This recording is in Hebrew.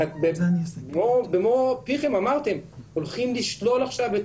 במו פיכם אתם אמרתם שהולכים לשלול עכשיו את